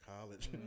college